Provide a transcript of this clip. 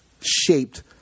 shaped